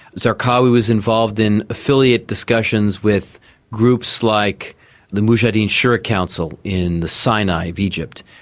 zarqawi was involved in affiliate discussions with groups like the mujahideen shura council in the sinai of egypt,